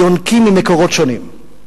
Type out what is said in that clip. יונקים ממקורות שונים.